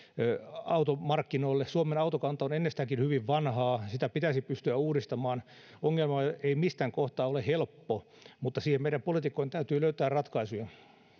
automarkkinoille suomen autokanta on ennestäänkin hyvin vanhaa sitä pitäisi pystyä uudistamaan ongelma ei mistään kohtaa ole helppo mutta siihen meidän poliitikkojen täytyy löytää ratkaisuja